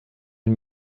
den